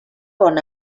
bon